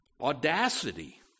Audacity